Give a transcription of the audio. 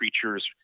creatures